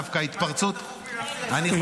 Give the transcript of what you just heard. דווקא ההתפרצות --- מה